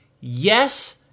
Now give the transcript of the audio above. yes